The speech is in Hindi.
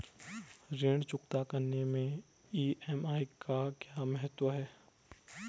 ऋण चुकता करने मैं ई.एम.आई का क्या महत्व है?